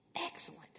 Excellent